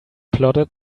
plodded